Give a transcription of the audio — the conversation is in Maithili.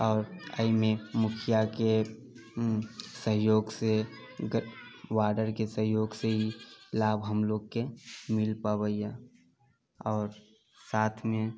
आओर एहिमे मुखियाके हुँ सहयोगसँ वार्डरके सहयोगसँ ही लाभ हम लोगके मिल पबैया आओर साथमे